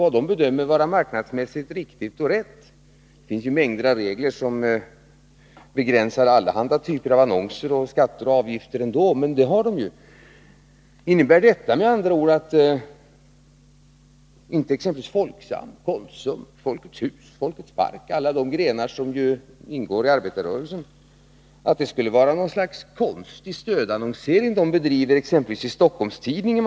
vad det bedömer vara marknadsmässigt riktigt och rätt. Det finns ju mängder av regler som begränsar allehanda typer av annonser och skatter och avgifter ändå, men denna rätt har de ju. Innebär detta med andra ord att den annonsering som exempelvis Folksam, Konsum, Folkets hus, Folkets park — alla de grenar som ingår i arbetarrörelsen — bedriver skulle vara något slags konstig stödannonsering i t.ex. Stockholms-Tidningen?